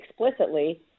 explicitly